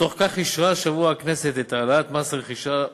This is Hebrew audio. בתוך כך אישרה השבוע הכנסת את העלאת מס הרכישה,